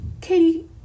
Katie